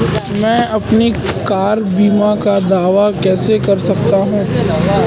मैं अपनी कार बीमा का दावा कैसे कर सकता हूं?